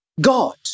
God